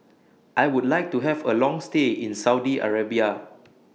I Would like to Have A Long stay in Saudi Arabia